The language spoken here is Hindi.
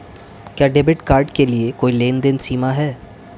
क्या डेबिट कार्ड के लिए कोई लेनदेन सीमा है?